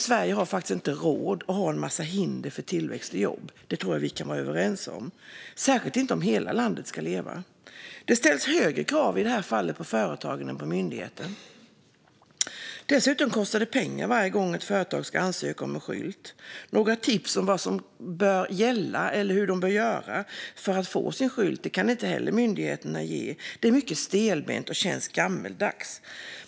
Sverige har faktiskt inte råd med en massa hinder för tillväxt och jobb om hela landet ska leva. Det tror jag att vi kan vara överens om. Det ställs i det här fallet högre krav på företagen än på myndigheten. Dessutom kostar det pengar varje gång ett företag ska ansöka om en skylt. Några tips om vad som gäller och hur de bör göra för att få sin skylt kan inte heller myndigheterna ge. Det är mycket stelbent och känns gammaldags.